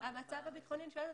היא אמרה: